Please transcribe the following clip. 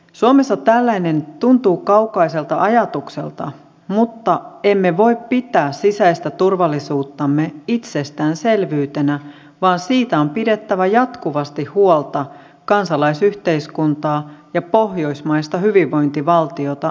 suomessa tällainen tuntuu kaukaiselta ajatukselta mutta emme voi pitää sisäistä turvallisuuttamme itsestäänselvyytenä vaan siitä on pidettävä jatkuvasti huolta kansalaisyhteiskuntaa ja pohjoismaista hyvinvointivaltiota vahvistaen